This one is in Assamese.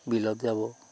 বিলত যাব